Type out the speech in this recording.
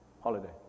holiday